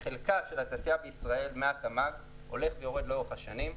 חלקה של התעשייה בישראל מהתמ"ג הולך ויורד לאורך השנים.